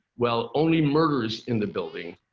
well, only murders in the building.